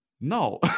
no